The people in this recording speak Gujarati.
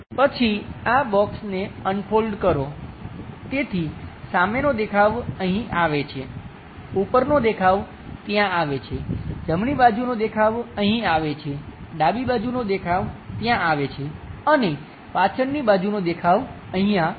પછી આ બોક્સને અનફોલ્ડ કરો તેથી સામેનો દેખાવ અહીં આવે છે ઉપરનો દેખાવ ત્યાં આવે છે જમણી બાજુનો દેખાવ અહીં આવે છે ડાબી બાજુનો દેખાવ ત્યાં આવે છે અને પાછળની બાજુનો દેખાવ અહીંયા આવે છે